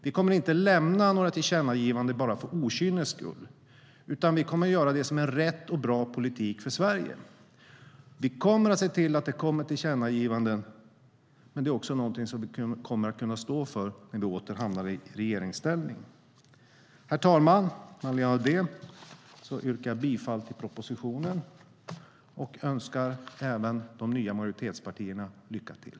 Vi kommer inte att lämna några tillkännagivanden bara för okynnes skull, utan vi kommer att göra det som är en rätt och bra politik för Sverige. Vi kommer att se till att det kommer tillkännagivanden, men det är också någonting vi kommer att kunna stå för när vi åter hamnar i regeringsställning. Med anledning av det yrkar jag bifall till förslaget i betänkandet, herr talman, och önskar även de nya majoritetspartierna lycka till.